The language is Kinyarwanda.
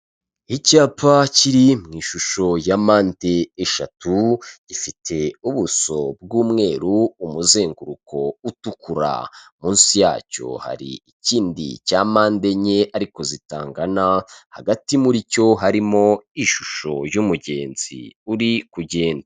Icyapa kiri mu ishusho ya mpande eshatu gifite ubuso bw'umweru umuzenguruko utukura, munsi yacyo hari ikindi cya mpande enye ariko zitangana hagati muri cyo harimo ishusho y'umugenzi uri kugenda.